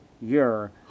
year